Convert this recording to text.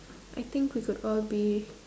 I think we could all be